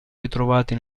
ritrovati